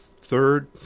Third